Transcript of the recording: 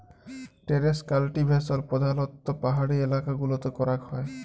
terrace cultivation প্রধালত্ব পাহাড়ি এলাকা গুলতে ক্যরাক হ্যয়